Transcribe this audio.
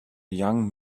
young